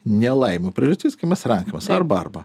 nelaimių priežastis kai mes renkamės arba arba